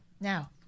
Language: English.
Now